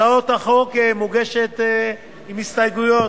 הצעת החוק מוגשת עם הסתייגויות,